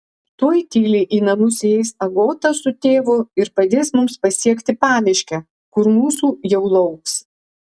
tuoj tyliai į namus įeis agota su tėvu ir padės mums pasiekti pamiškę kur mūsų jau lauks